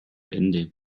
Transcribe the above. ende